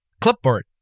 clipboard